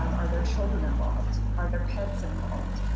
um are there children involved? are there pets involved?